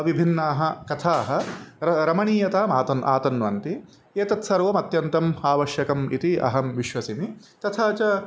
विभिन्नाः कथाः र रमणीयताम् आतन् आतन्वन्ति एतत् सर्वम् अत्यन्तम् आवश्यकम् इति अहं विश्वसिमि तथा च